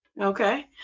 Okay